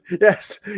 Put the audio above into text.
yes